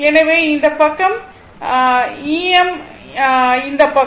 எனவே இந்த பக்கம் Em